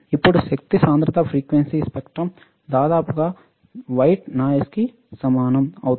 ఇప్పుడు శక్తి సాంద్రత ఫ్రీక్వెన్సీ స్పెక్ట్రం దాదాపుగా తెల్ల నాయిస్కి సమానం అవుతుంది